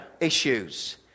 issues